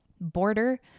Border